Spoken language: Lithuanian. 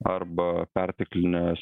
arba perteklinės